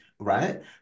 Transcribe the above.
Right